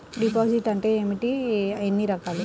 Deposit అంటే ఏమిటీ ఎన్ని రకాలు?